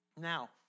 Now